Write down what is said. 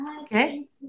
Okay